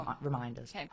Reminders